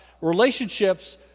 Relationships